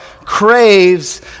craves